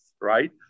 right